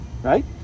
Right